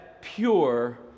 pure